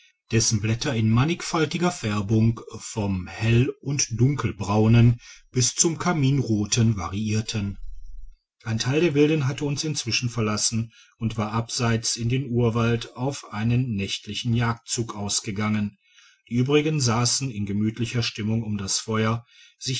dessen blätter in mannigfaltiger färbung vom hell und dunkelbraunen bis zum karminroten variierten ein teil der wilden hatte uns inzwischen verlassen und war abseits in den urwald auf einen nächtlichen jagdzug ausgegangen die übrigen sassen in gemütlicher stimmung um das feuer